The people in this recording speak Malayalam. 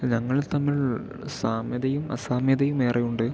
ഞങ്ങൾ തമ്മിൽ സാമ്യതയും അസാമ്യതയും ഏറെ ഉണ്ട്